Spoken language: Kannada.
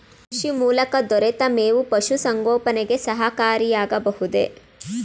ಕೃಷಿ ಮೂಲಕ ದೊರೆತ ಮೇವು ಪಶುಸಂಗೋಪನೆಗೆ ಸಹಕಾರಿಯಾಗಬಹುದೇ?